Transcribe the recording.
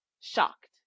Shocked